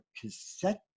cassette